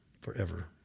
forever